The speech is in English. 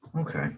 Okay